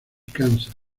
kansas